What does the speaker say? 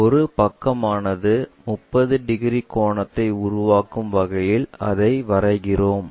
ஒரு பக்கமானது 30 டிகிரி கோணத்தை உருவாக்கும் வகையில் அதை வரைகிறோம்